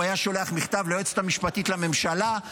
הוא היה שולח מכתב ליועצת המשפטית לממשלה.